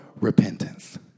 repentance